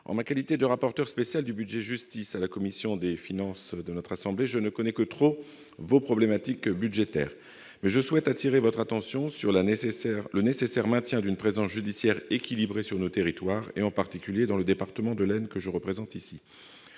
en ma qualité de rapporteur spécial du budget de la mission « Justice » pour la Haute Assemblée, je ne connais que trop vos problématiques budgétaires, mais je souhaite appeler votre attention sur le nécessaire maintien d'une présence judiciaire équilibrée sur nos territoires, en particulier dans le département de l'Aisne, que je représente ici.